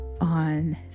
on